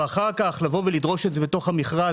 ואחר כך לבוא ולדרוש את הכסף בחזרה בתוך המכרז.